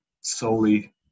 solely